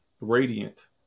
radiant